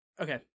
Okay